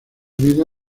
vida